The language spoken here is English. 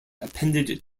appended